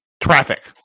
traffic